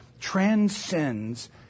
transcends